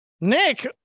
Nick